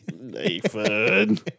Nathan